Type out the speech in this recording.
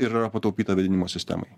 ir yra pataupyta vėdinimo sistemai